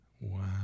Wow